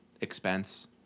expense